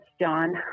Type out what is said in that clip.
John